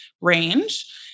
range